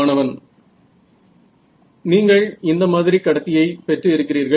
மாணவன் நீங்கள் இந்த மாதிரி கடத்தியை பெற்று இருக்கிறீர்கள்